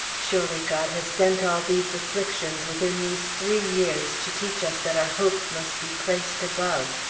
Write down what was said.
surely god has sent all these afflictions within these three years to teach us that our hopes must be placed above,